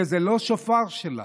שזה לא שופר שלנו.